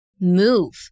move